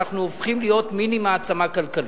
אנחנו הופכים למיני-מעצמה כלכלית.